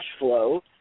Cashflow